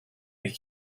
they